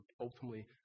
ultimately